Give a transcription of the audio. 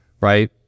right